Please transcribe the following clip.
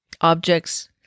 objects